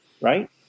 Right